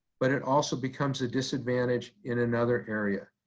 but it also becomes a disadvantage in another area.